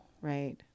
Right